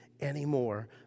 anymore